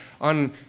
on